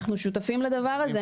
אנחנו שותפים לדבר הזה.